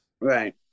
right